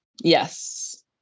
Yes